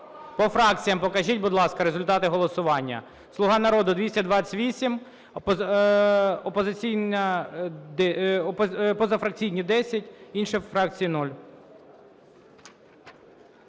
По фракціям покажіть, будь ласка. Результати голосування: "Слуга народу" – 228, позафракційні – 10, інші фракції –